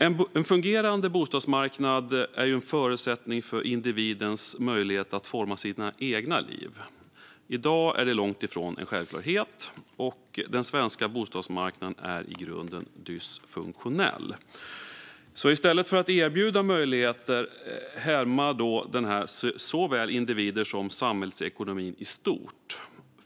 En fungerande bostadsmarknad är en förutsättning för individers möjligheter att forma sina egna liv. I dag är det långt ifrån en självklarhet. Den svenska bostadsmarknaden är i grunden dysfunktionell. I stället för att erbjuda möjligheter hämmar den såväl individer som samhällsekonomin i stort.